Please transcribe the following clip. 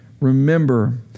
remember